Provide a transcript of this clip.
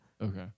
Okay